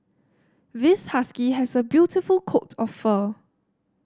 this husky has a beautiful coat of fur